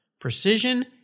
precision